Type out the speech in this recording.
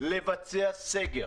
לבצע סגר,